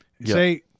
Say